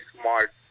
smart